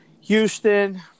Houston